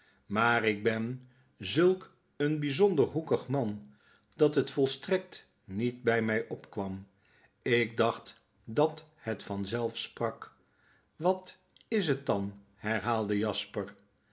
maar ik ben zulk een bijzonder hoekig man dat het volstrekt niet by mg opkwam ik dacht dat het vanzelf sprak wat is het dan herhaalde jasper